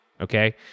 okay